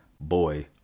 Boy